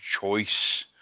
choice